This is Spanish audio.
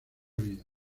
vida